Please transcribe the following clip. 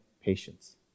patience